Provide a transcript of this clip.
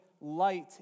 light